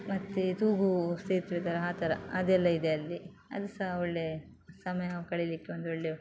ಮತ್ತು ತೂಗು ಸೇತುವೆ ಥರ ಆ ಥರ ಅದೆಲ್ಲ ಇದೆ ಅಲ್ಲಿ ಅದು ಸಹ ಒಳ್ಳೆಯ ಸಮಯ ನಾವು ಕಳೀಲಿಕ್ಕೆ ಒಂದು ಒಳ್ಳೆ